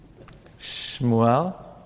Shmuel